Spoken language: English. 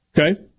Okay